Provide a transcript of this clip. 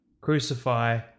crucify